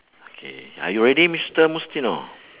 K are you ready mister mustino